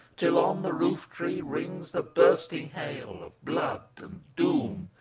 till on the roof-tree rings the bursting hail of blood and doom.